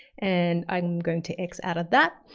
and i'm going to x out of that.